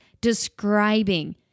describing